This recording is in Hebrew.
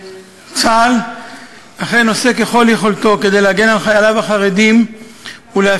צה"ל אכן עושה ככל יכולתו כדי להגן על חייליו החרדים ולאפשר